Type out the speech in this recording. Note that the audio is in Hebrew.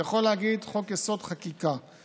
אתה יכול להגיד: חוק-יסוד: חקיקה,